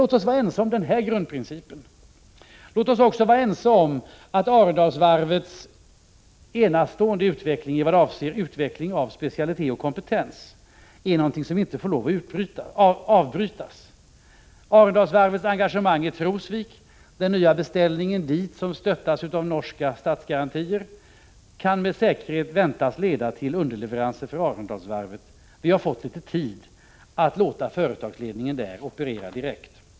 Låt oss vara ense om denna grundprincip. Låt oss också vara ense om att Arendalsvarvets enastående utveckling i vad avser specialitet och kompetens inte får avbrytas. Arendalsvarvets engagemang i Trosvik och den därav föranledda nya beställningen, som stöttas av norska statsgarantier, kan med säkerhet väntas leda till underleveranser för Arendalsvarvet. Vi har fått viss tid att låta företagsledningen där operera direkt.